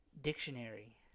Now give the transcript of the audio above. Dictionary